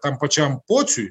tam pačiam pociui